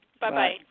Bye-bye